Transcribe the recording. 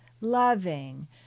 loving